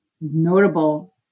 notable